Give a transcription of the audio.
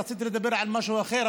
רציתי לדבר על משהו אחר,